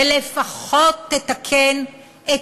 ולפחות תתקן את